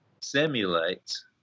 simulates